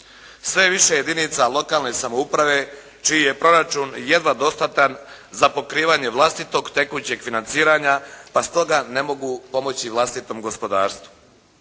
je više jedinica lokalne samouprave čiji je proračun jedva dostatan za pokrivanje vlastitog tekućeg financiranja pa stoga ne mogu pomoći vlastitom gospodarstvu.